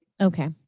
Okay